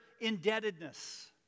indebtedness